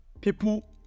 People